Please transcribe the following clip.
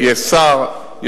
יש שר,